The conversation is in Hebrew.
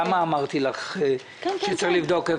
למה אמרתי לך שצריך לבדוק?